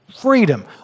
freedom